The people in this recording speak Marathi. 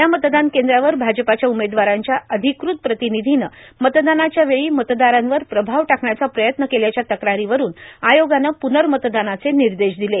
या मतदान केंद्रावर भाजपाच्या उमेदवारांच्या अधिकृत प्रतिनिधीनं मतदानाच्या वेळी मतदारांवर प्रभाव टाकण्याचा प्रयत्न केल्याच्या तक्रारीवरून आयोगानं पुनर्मतदानाचे निर्देश दिले